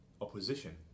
opposition